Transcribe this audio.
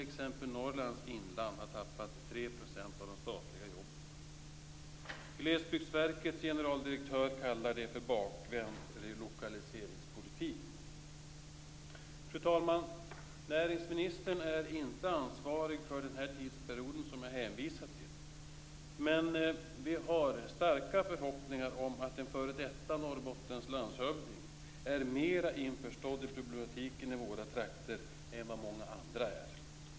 Samtidigt har t.ex. Glesbygdsverkets generaldirektör kallar detta bakvänd lokaliseringspolitik. Fru talman! Näringsministern är inte ansvarig för den tidsperiod som jag har hänvisat till, men vi har starka förhoppningar om att en f.d. Norrbottenslandshövding är mera införstådd med problematiken i våra trakter än vad många andra är.